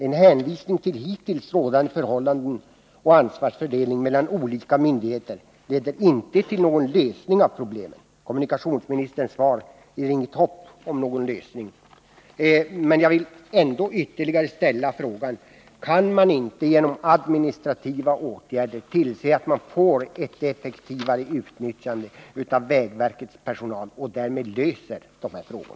Att hänvisa till hittills rådande förhållanden och till ansvarsfördelningen mellan olika myndigheter leder inte till någon lösning av problemet. Kommunikationsministerns svar inger inget hopp om en lösning. Jag vill ändå ställa frågan: Kan man inte genom administrativa åtgärder få till stånd ett effektivare utnyttjande av vägverkets personal, så att man på det sättet kan lösa dessa frågor?